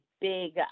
big